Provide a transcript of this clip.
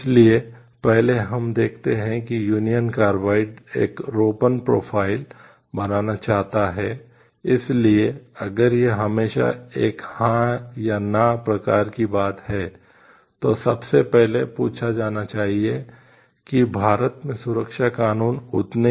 इसलिए पहले हम देखते हैं कि यूनियन कार्बाइड करें